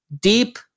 deep